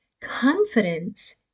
confidence